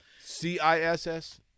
C-I-S-S